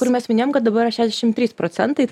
kur mes minėjom kad dabar a šešiasdešim trys procentai